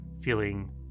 feeling